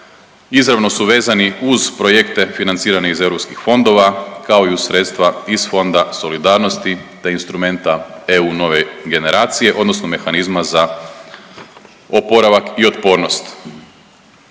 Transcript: Izravno su vezani uz projekte financirane iz europskih fondova kao i u sredstva iz Fonda solidarnosti te instrumenta eu nove generacije odnosno mehanizma za oporavak i otpornost.